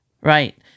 Right